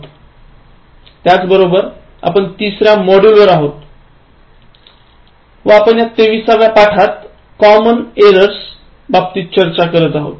जिथपर्यंत इंग्लिश स्किल्सच्या साधनांचा संबंध आहे पुन्हा आपण तिसऱ्या मॉड्यूलवर आहोत व आपण या २३ व्या पाठात कॉमन एरर्स चर्चा करत आहोत